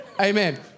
Amen